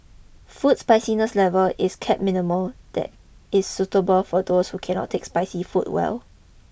food spiciness level is kept minimal that is suitable for those who cannot take spicy food well